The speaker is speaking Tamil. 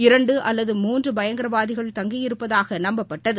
இரண்டு அல்லது மூன்று பயங்கரவாதிகள் தங்கியிருப்பதாக நம்பப்பட்டது